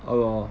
orh